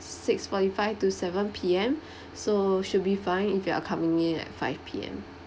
six forty five to seven P_M so should be fine if you are coming in at five P_M